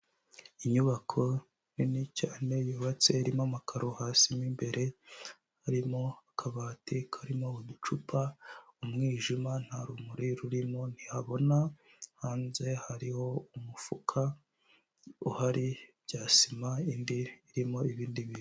Inyubako nini cyane yubatse irimo amakaro hasi imbere harimo akabati karimo uducupa, umwijima nta rumuri rurimo ntihabona hanze hariho umufuka uhari bya sima, indi irimo ibindi bintu.